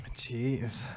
Jeez